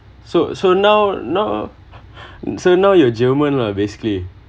so so now now so now you’re german lah basically